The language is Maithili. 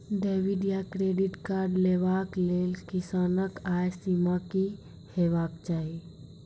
डेबिट या क्रेडिट कार्ड लेवाक लेल किसानक आय सीमा की हेवाक चाही?